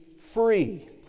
free